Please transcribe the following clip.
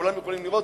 כולם יכולים לראות,